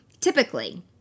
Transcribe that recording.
typically